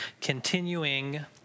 continuing